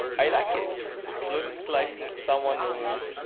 i like it. it looks like someone who